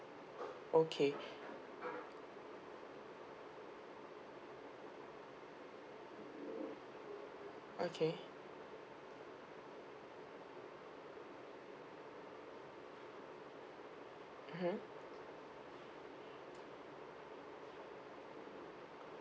okay okay mmhmm